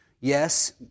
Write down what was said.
yes